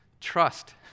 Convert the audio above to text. Trust